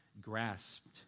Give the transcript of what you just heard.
grasped